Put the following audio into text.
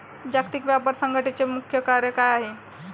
जागतिक व्यापार संघटचे मुख्य कार्य काय आहे?